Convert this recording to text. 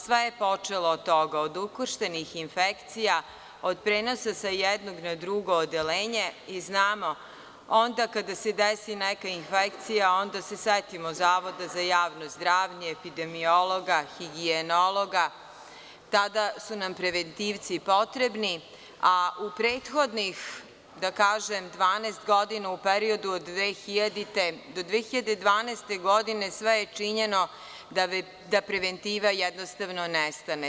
Sve je počelo od toga, od ukrštenih infekcija, od prenosa sa jednog na drugo odeljenje i znamo, onda kada se desila neka infekcija, onda se setimo Zavoda za javno zdravlje, epidemiologa, higijenologa, tada su nam preventivci potrebni, a u prethodnih 12 godina, u periodu od 2000. do 2012. godine, sve je činjeno da preventiva jednostavno nestane.